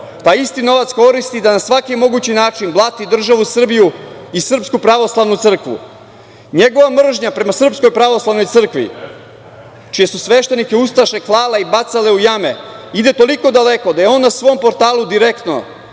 taj isti novac koristi da na svaki mogući način blati državu Srbiju i Sprsku pravoslavnu crkvu. Njegova mržnja prema Srpskoj pravoslavnoj crkvi, čije su sveštenike ustaše klale i bacale u jame, ide toliko daleko da je on na svom portalu direktno